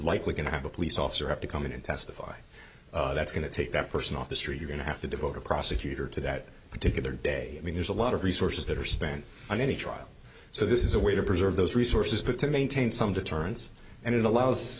to have a police officer have to come in and testify that's going to take that person off the street you're going to have to devote a prosecutor to that particular day i mean there's a lot of resources that are spent on any trial so this is a way to preserve those resources but to maintain some deterrence and it allows